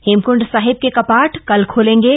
हेमकंड साहिब के कपाट कल ख्लेंगे